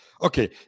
Okay